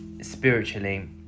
spiritually